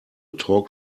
talk